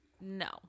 no